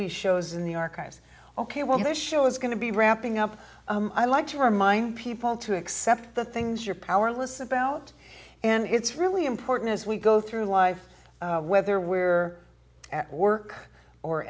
be shows in the archives ok well this show is going to be ramping up i like to remind people to accept the things you're powerless about and it's really important as we go through life whether we're at work or